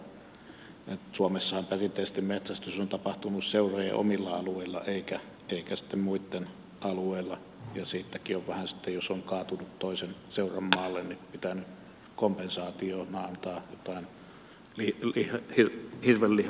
suomessahan perinteisesti metsästys on tapahtunut seurojen omilla alueilla eikä sitten muitten alueilla ja siitäkin on vähän sitten jos on kaatanut toisen seuran maalle pitänyt kompensaationa antaa jotain hirvenlihaa tai rahaa